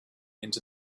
into